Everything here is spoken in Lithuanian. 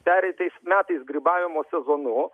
pereitais metais grybavimo sezonu